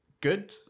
good